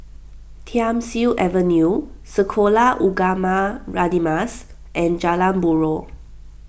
Thiam Siew Avenue Sekolah Ugama Radin Mas and Jalan Buroh